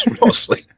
Mostly